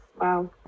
wow